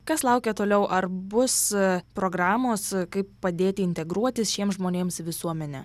kas laukia toliau ar bus programos kaip padėti integruotis šiems žmonėms į visuomenę